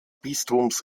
bistums